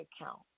account